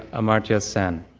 amartya ah sen,